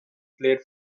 played